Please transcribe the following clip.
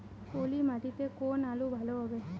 পলি মাটিতে কোন আলু ভালো হবে?